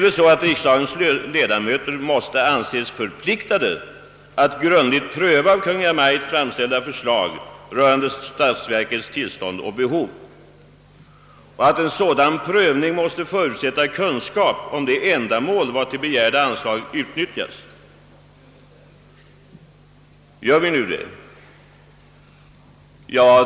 Vi här i riksdagen måste väl anses förpliktade att grundligt pröva av Kungl. Maj:t framställda förslag rörande statsverkets tillstånd och behov, och en sådan prövning måste förutsätta kunskap om de ändamål vartill begärda anslag utnyttjas. Gör vi nu det?